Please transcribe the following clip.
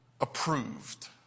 Approved